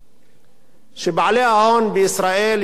כך שבעלי ההון בישראל יכולים לישון בשקט.